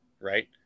right